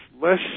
less